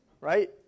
Right